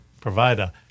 provider